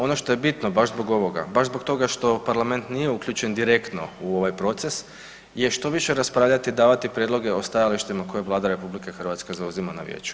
Ono što je bitno baš zbog ovoga, baš zbog toga što Parlament nije uključen direktno u ovaj proces je što više raspravljati i davati prijedloge o stajalištima koje Vlada RH zauzima na Vijeću.